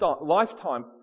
lifetime